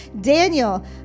Daniel